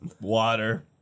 water